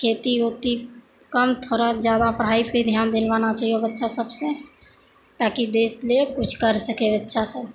खेती ओती कम थोड़ा जादा पढ़ाइपर ध्यान दिलवाना चाहिए बच्चा सबसँ ताकि देश लिए कुछ कर सके बच्चा सब